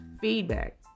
feedback